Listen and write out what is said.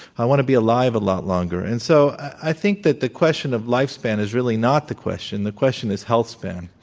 i want to be alive a lot longer. and so i think that the question of lifespan is really not the question. the question is health span.